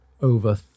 over